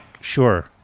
Sure